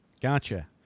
Gotcha